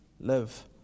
live